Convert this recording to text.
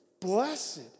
Blessed